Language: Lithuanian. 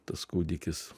tas kūdikis